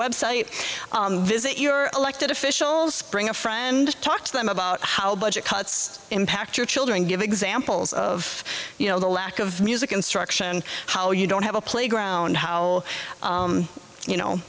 website visit your elected officials bring a friend talk to them about how budget cuts impact your children give examples of you know the lack of music instruction how you don't have a playground how you know